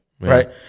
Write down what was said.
Right